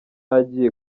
agiye